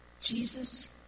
Jesus